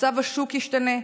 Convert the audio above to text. מצב השוק השתנה.